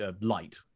light